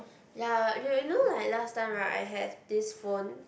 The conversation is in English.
ya you know like last time right I have this phone